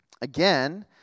Again